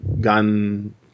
gun